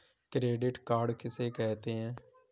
Credit card किसे कहते हैं?